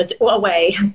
away